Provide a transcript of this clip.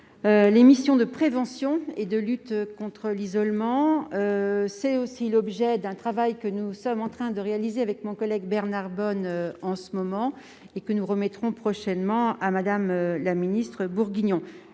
les missions de prévention et de lutte contre l'isolement. C'est aussi l'objet d'un travail que nous sommes en train de réaliser avec mon collègue Bernard Bonne et que nous remettrons prochainement à Mme la ministre Brigitte